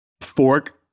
fork